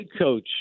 coach